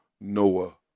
Noah